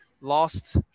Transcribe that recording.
Lost